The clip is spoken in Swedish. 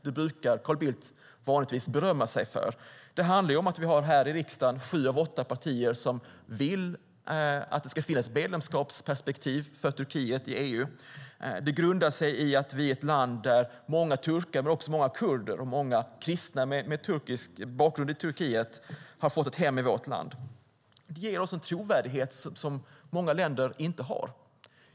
Det brukar Carl Bildt vanligtvis berömma sig av. Här i riksdagen är det sju av åtta partier som vill att det ska finnas ett medlemskapsperspektiv för Turkiet i EU. Det grundar sig i att vi är ett land där många turkar men också många kurder och många kristna med bakgrund i Turkiet har fått ett hem. Det ger oss en trovärdighet som många länder inte har.